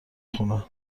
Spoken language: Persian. خونه